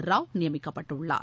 ராவ்நியமிக்கப்பட்டுள்ளார்